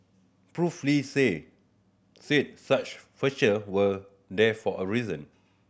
Prof Lee say said such feature were there for a reason